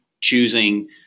choosing